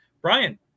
Brian